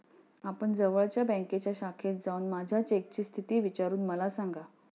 आपण जवळच्या बँकेच्या शाखेत जाऊन माझ्या चेकची स्थिती विचारून मला सांगा